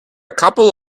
couple